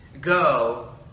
go